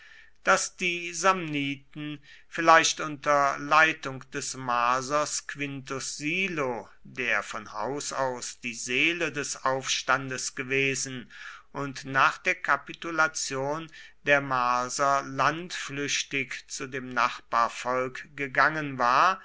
daß die samniten vielleicht unter leitung des marsers quintus silo der von haus aus die seele des aufstandes gewesen und nach der kapitulation der marser landflüchtig zu dem nachbarvolk gegangen war